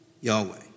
Yahweh